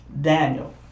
Daniel